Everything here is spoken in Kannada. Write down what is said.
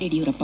ಯಡಿಯೂರಪ್ಪ